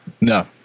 No